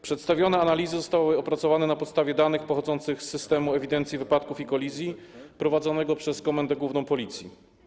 Przedstawione analizy zostały opracowane na podstawie danych pochodzących Systemu Ewidencji Wypadków i Kolizji prowadzonego przez Komendę Główną Policji.